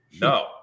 No